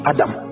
Adam